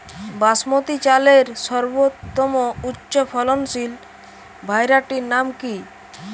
বাসমতী চালের সর্বোত্তম উচ্চ ফলনশীল ভ্যারাইটির নাম কি?